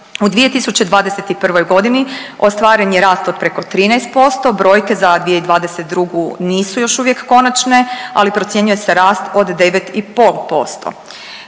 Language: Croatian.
U 2021. godini ostvaren je rast od preko 13%, brojke za 2022. nisu još uvijek konačne ali procjenjuje se rast od 9,5%.